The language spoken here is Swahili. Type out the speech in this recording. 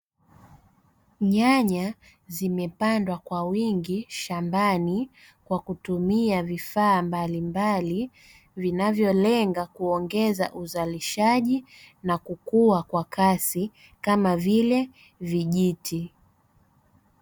Nyanya zimepandwa kwa wingi shambani, kwa kutumia vifaa mbalimbali vinavyolenga kuongeza uzalishaji na kukua kwa kasi kama vile vijiti.